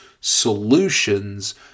solutions